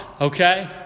Okay